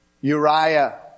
Uriah